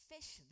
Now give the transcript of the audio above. Fish